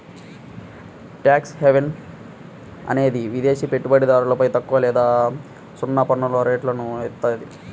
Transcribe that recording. tax haven అనేది విదేశి పెట్టుబడిదారులపై తక్కువ లేదా సున్నా పన్నురేట్లను ఏత్తాది